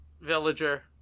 Villager